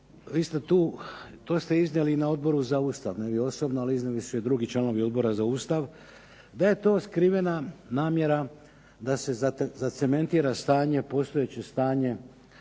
vi ste to, to ste iznijeli i na Odboru na Ustav, ne vi osobno, ali iznijeli su je drugi članovi Odbora za Ustav, da je to skrivena namjera da se zacementira stanje, postojeće stanje